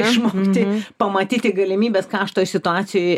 išmokti pamatyti galimybes ką aš toj situacijoj